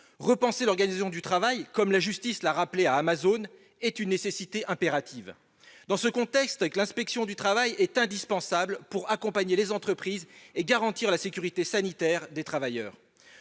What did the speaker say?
Repenser l'organisation du travail, comme la justice l'a rappelé à Amazon, est une nécessité impérative. Dans ce contexte, l'inspection du travail est indispensable pour accompagner les entreprises et garantir la sécurité sanitaire des travailleurs.